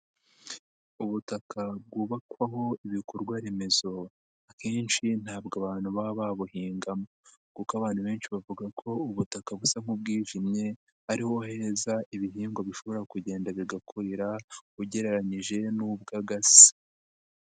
Ubutaka bwubakwaho ibikorwa remezo akenshi ntabwo abantu baba babuhingamo, kuko abantu benshi bavuga ko ubutaka busa nk'ubwijimye ariho heza ibihingwa bishobora kugenda bigakurira, ugereranyije n'ubw'agasi.